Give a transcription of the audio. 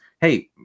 Hey